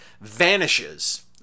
vanishes